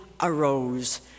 arose